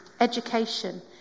education